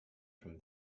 from